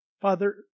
Father